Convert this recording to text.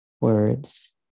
words